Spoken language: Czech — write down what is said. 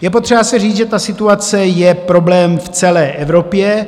Je potřeba si říct, že ta situace je problém v celé Evropě.